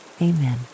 amen